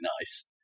nice